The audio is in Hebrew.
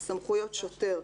סביבתית סמכויות פקחים),